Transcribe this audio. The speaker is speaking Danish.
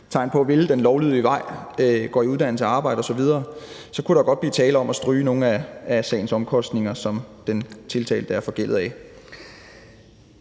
tegn på at ville den lovlydige vej, går i uddannelse og arbejde osv., så kunne der godt blive tale om at stryge nogle af sagens omkostninger, som den tiltalte er forgældet af.